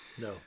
No